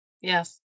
Yes